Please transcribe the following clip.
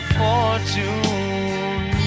fortune